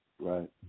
Right